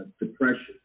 depression